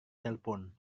telepon